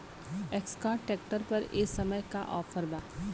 Escort tractor पर ए समय का ऑफ़र बा?